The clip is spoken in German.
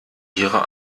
ihrer